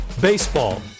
Baseball